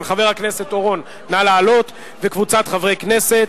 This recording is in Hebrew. של חבר הכנסת אורון וקבוצת חברי כנסת.